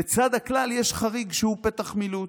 לצד הכלל יש חריג שהוא פתח מילוט,